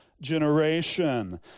generation